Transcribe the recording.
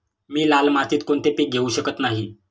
मी लाल मातीत कोणते पीक घेवू शकत नाही?